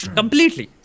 Completely